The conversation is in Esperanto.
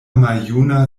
maljuna